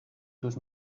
tus